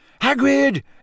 Hagrid